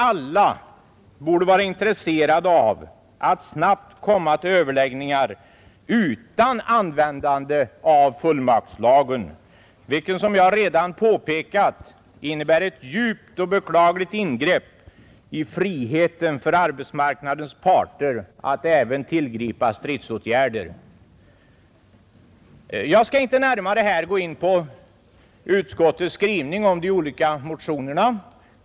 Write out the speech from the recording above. Alla borde vara intresserade av att snabbt komma fram till överläggningar utan användande av fullmaktslagen, vilken, som jag redan påpekat, innebär ett djupt och beklagligt ingrepp i friheten för arbetsmarknadens parter att även tillgripa stridsåtgärder: Jag skall inte närmare gå in på utskottets skrivning med anledning av de olika motionerna.